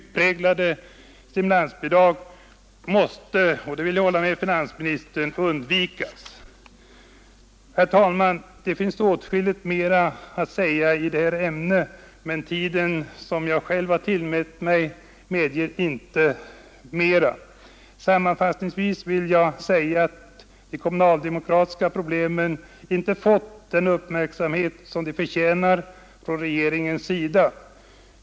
Utpräglade stimulansbidrag måste — på denna punkt vill jag instämma med finansministern — undvikas. Herr talman! Det finns åtskilligt mera att säga om detta ämne, men den tid jag själv tillmätt för mitt anförande medger inte detta. Sammanfattningsvis vill jag säga att de kommunaldemokratiska problemen inte fått den uppmärksamhet från regeringen som de förtjänar.